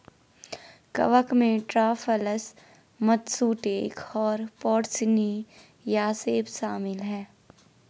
कवक में truffles, matsutake और पोर्सिनी या सेप्स शामिल हैं